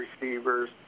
receivers –